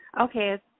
Okay